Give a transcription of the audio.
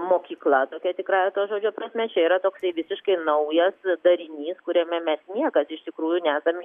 mokykla tokia tikrąja to žodžio prasme čia yra toksai visiškai naujas darinys kuriame mes niekas iš tikrųjų nesam